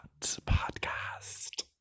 Podcast